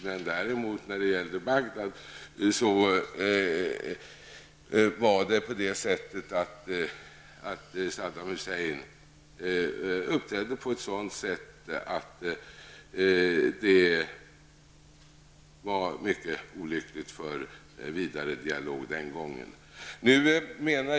När det däremot gäller Bagdaddialogen var Saddam Husseins uppträdande mycket olyckligt med tanke på en vidare dialog den gången.